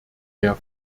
der